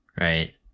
Right